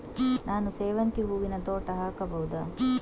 ನಾನು ಸೇವಂತಿ ಹೂವಿನ ತೋಟ ಹಾಕಬಹುದಾ?